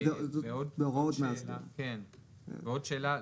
עוד שאלה.